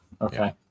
Okay